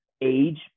Age